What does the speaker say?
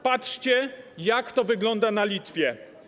Patrzcie, jak to wygląda na Litwie.